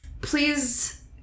Please